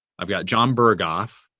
i've got jon berghoff.